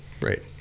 Right